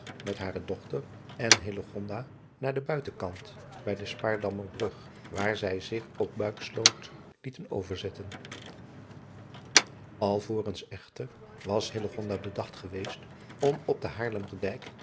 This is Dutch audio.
met hare dochter en naar den uitenkant bij de paarndammerbrug waar zij zich op uiksloot lieten overzetten lvorens echter was bedacht geweest om op den